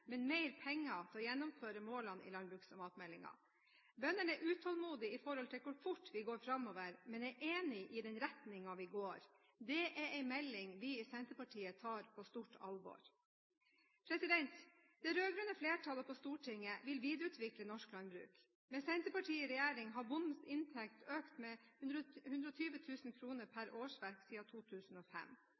men mer penger til å gjennomføre målene i landbruks- og matmeldingen. Bøndene er utålmodige med hvor fort vi går framover, men er enig i den retningen vi går i. Det er en melding vi i Senterpartiet tar på stort alvor. Det rød-grønne flertallet på Stortinget vil videreutvikle norsk landbruk. Med Senterpartiet i regjering har bondens inntekt økt med 120 000 kr per årsverk siden 2005.